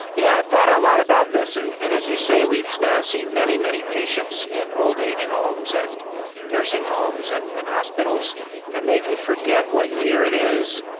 yeah thought a lot about this, and, as you say, we've now seen many, many patients in old age homes and nursing homes and and hospitals and they can forget what year it is,